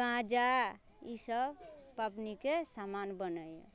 गाजा ई सब पबनिके समान बनैया